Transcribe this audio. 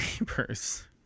neighbors